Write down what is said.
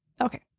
okay